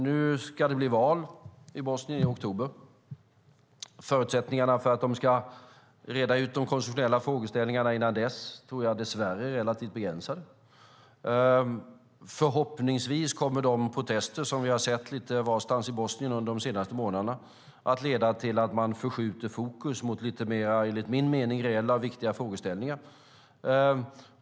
Nu ska det bli val i Bosnien i oktober. Förutsättningarna för att man ska reda ut de konstitutionella frågeställningarna innan dess tror jag dess värre är relativt begränsade. Förhoppningsvis kommer de protester som vi har sett lite varstans i Bosnien under de senaste månaderna att leda till att man förskjuter fokus mot - enligt min mening - lite mer reella och viktiga frågeställningar.